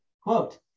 Quote